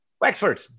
Wexford